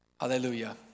Hallelujah